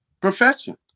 profession